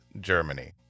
Germany